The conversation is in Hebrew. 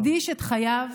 שהקדיש את חייו